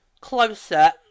closer